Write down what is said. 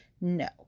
no